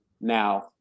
Now